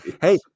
Hey